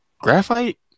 graphite